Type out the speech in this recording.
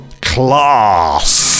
Class